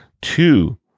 Two